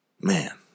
man